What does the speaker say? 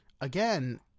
again